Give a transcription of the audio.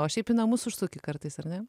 o šiaip į namus užsuki kartais ar ne